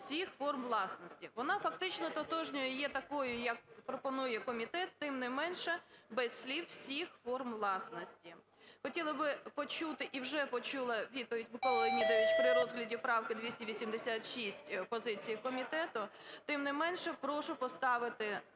Вона фактично тотожною є, такою, як пропонує комітет, тим не менше, без слів "всіх форм власності". Хотіла би почути і вже почула відповідь, Микола Леонідович, при розгляді правки 286, позицію комітету. Тим не менше, прошу поставити